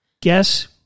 Guess